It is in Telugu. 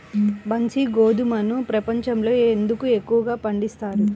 బన్సీ గోధుమను ప్రపంచంలో ఎందుకు ఎక్కువగా పండిస్తారు?